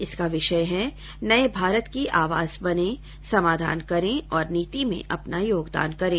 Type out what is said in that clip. इसका विषय है नए भारत की आवाज बनें समाधान करें और नीति में अपना योगदान करें